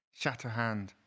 Shatterhand